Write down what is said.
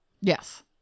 Yes